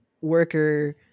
worker